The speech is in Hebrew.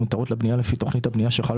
המותרות לבנייה לפי תוכנית הבנייה שחלה